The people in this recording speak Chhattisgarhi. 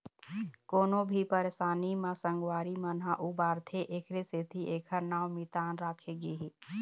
कोनो भी परसानी म संगवारी मन ह उबारथे एखरे सेती एखर नांव मितान राखे गे हे